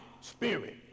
spirit